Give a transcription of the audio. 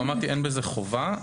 אמרתי, אין בזה חובה.